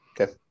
okay